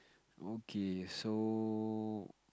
okay so